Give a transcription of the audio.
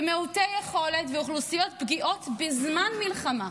במעוטי יכולת ובאוכלוסיות פגיעות, בזמן מלחמה.